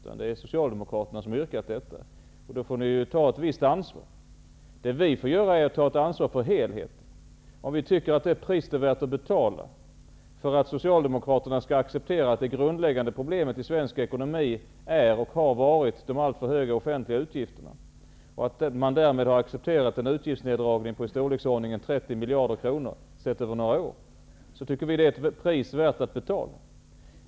Och då får Socialdemokraterna ta ett visst ansvar. Det vi får göra är att ta ett ansvar för helheten. Vi måste bedöma om vi tycker att priset är värt att betala för att Socialdemokraterna skall acceptera att det grundläggande problemet i svensk ekonomi är och har varit de alltför höga offentliga utgifterna. De har nu accepterat en neddragning med 30 miljarder kronor över några år, och då tycker vi att det är värt priset.